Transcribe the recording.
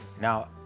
Now